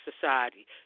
society